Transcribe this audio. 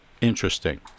Interesting